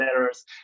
letters